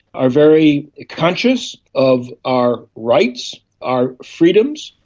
are very conscious of our rights, our freedoms,